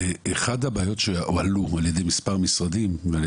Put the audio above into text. אחת הבעיות שהועלו על ידי מספר משרדים ועל